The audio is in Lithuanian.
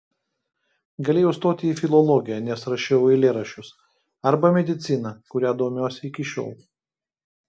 galėjau stoti į filologiją nes rašiau eilėraščius arba mediciną kuria domiuosi iki šiol